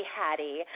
Hattie